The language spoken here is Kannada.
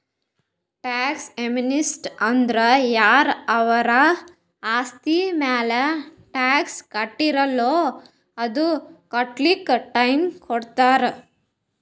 ಟ್ಯಾಕ್ಸ್ ಯೇಮ್ನಿಸ್ಟಿ ಅಂದುರ್ ಯಾರ ಅವರ್ದು ಆಸ್ತಿ ಮ್ಯಾಲ ಟ್ಯಾಕ್ಸ್ ಕಟ್ಟಿರಲ್ಲ್ ಅದು ಕಟ್ಲಕ್ ಟೈಮ್ ಕೊಡ್ತಾರ್